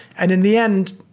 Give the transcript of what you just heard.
and in the end,